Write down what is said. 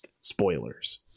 Spoilers